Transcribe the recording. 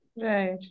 right